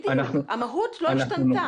בדיוק, המהות לא השתנתה.